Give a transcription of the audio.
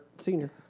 Senior